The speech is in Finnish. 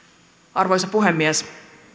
arvoisa puhemies